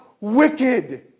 wicked